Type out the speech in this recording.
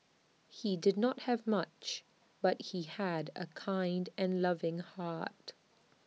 he did not have much but he had A kind and loving heart